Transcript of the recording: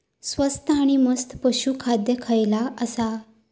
स्वस्त आणि मस्त पशू खाद्य खयला आसा?